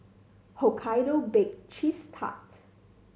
Hokkaido Bake Cheese Tart